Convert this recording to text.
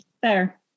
Fair